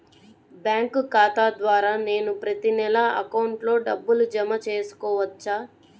Bank ఖాతా ద్వారా నేను ప్రతి నెల అకౌంట్లో డబ్బులు జమ చేసుకోవచ్చా?